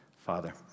Father